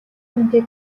хүнтэй